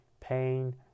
pain